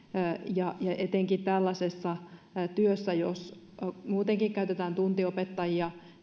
ja etenkin tällaisessa työssä jossa muutenkin käytetään tuntiopettajia